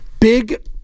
Big